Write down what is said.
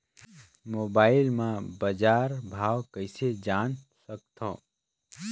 Mobile म बजार भाव कइसे जान सकथव?